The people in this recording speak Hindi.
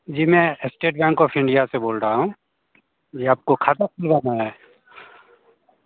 जी मैं अस्टेट बैंक ऑफ इंडिया से बोल रहा हूँ जी आपको खाता खुलवाना है